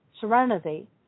Serenity